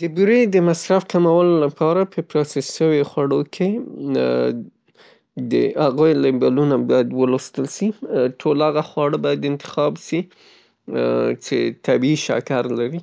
د بورې د مصرف د کمولو د پاره پراسس شوو خوړو کې د هغوی لېبلونه باید ولوستل سي. ټول هغه خواړه باید انتخاب سي څه طبعي شکر لري.